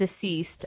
deceased